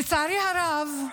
לצערי הרב,